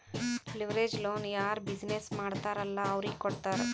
leverage loan ಯಾರ್ business ಮಾಡ್ತಾರ್ ಅಲ್ಲಾ ಅವ್ರಿಗೆ ಕೊಡ್ತಾರ್